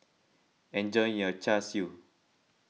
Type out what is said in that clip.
enjoy your Char Siu